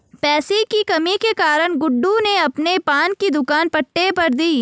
पैसे की कमी के कारण गुड्डू ने अपने पान की दुकान पट्टे पर दी